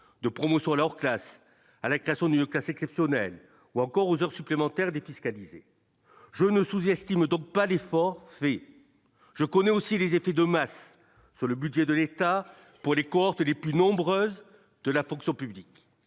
de promo sur leur classe à la casse au niveau assez exceptionnel ou encore aux heures supplémentaires défiscalisées je ne sous-estime donc pas l'effort fait je connais aussi les effets de masse sur le budget de l'État pour les coureurs les plus nombreuses de la fonction publique,